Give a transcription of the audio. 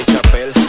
chapel